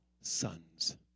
sons